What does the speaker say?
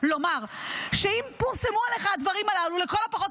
כי אם אתה משרת את הפרוגרס כשופט,